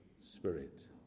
Spirit